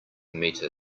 meter